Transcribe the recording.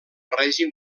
règim